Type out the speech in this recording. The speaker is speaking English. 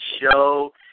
show